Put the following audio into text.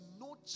no